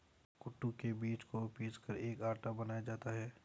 कूटू के बीज को पीसकर एक आटा बनाया जाता है